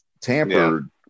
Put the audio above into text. tampered